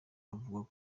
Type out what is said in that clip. avuga